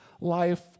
life